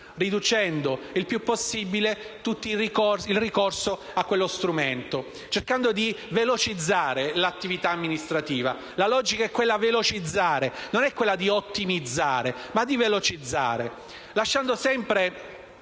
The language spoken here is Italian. riducendo il più possibile il ricorso a questo strumento, cercando di velocizzare l'attività amministrativa. La logica è quella di velocizzare e non di ottimizzare, agendo sempre